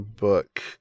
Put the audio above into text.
book